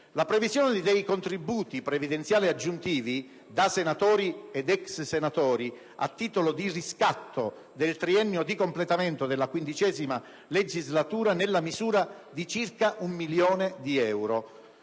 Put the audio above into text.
la previsione dei contributi previdenziali aggiuntivi da senatori ed ex senatori a titolo di riscatto del triennio di completamento della XV legislatura, nella misura di circa 1 milione di euro;